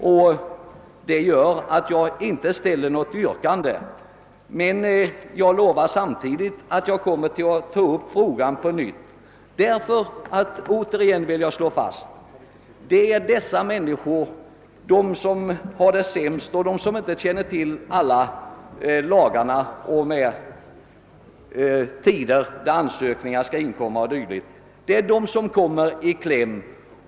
Därför ställer jag inget yrkande, men jag lovar att jag kommer att ta upp frågan på nytt. Jag vill återigen slå fast att det är de som har det sämst och som inte är så väl insatta i lagar och föreskrifter som kommer i kläm.